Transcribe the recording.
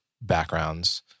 backgrounds